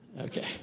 Okay